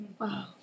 Wow